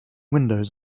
windows